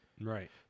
Right